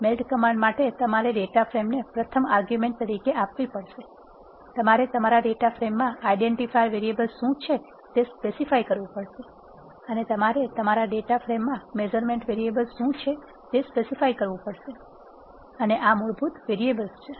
melt command માટે તમારે data frame ને પ્રથમ આર્ગુમેન્ટ તરીકે આપવી પડશે તમારે તમારા ડેટા ફ્રેમમાં આઇડેન્ટિફાયર વેરિયેબલ્સ શું છે તે સ્પેસીફાઈ કરવું પડશે અને તમારે તમારા ડેટા ફ્રેમમાં મેઝરમેન્ટ વેરીએબલ શું છે તે સ્પેસીફાઈ કરવું પડશે અને આ મૂળભૂત વેરીએબલ છે